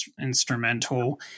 instrumental